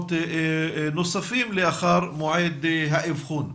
שבועות נוספים לאחר מועד האבחון.